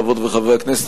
חברות וחברי הכנסת,